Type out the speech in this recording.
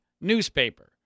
newspaper